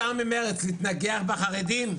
מה נשאר ממרצ, להתנגח בחרדים?